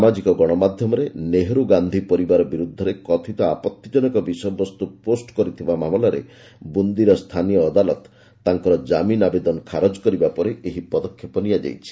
ସାମାଜିକ ଗଣମାଧ୍ୟମରେ ନେହେରୁ ଗାନ୍ଧି ପରିବାର ବିରୁଦ୍ଧରେ କଥିତ ଆପଭିଜନକ ବିଷୟବସ୍ତୁ ପୋଷ୍ଟ କରିଥିବା ମାମଲାରେ ବୁନ୍ଦୀର ସ୍ଥାନୀୟ ଅଦାଲତ ତାଙ୍କର ଜାମିନ୍ ଆବେଦନ ଖାରଜ କରିବା ପରେ ଏହି ପଦକ୍ଷେପ ନିଆଯାଇଛି